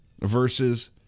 versus